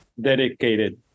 dedicated